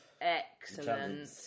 excellent